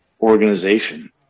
organization